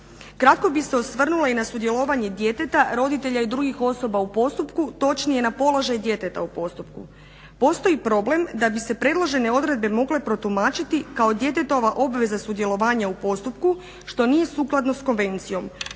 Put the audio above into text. Kratko bih se osvrnula i na sudjelovanje djeteta, roditelja i drugih osoba u postupku, točnije na položaj djeteta u postupku. Postoji problem da bi se predložene odredbe mogle protumačiti kao djetetova obveza sudjelovanja u postupku što nije sukladno sa konvencijom